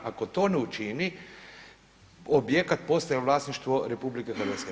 Ako to ne učini, objekat postaje vlasništvo RH.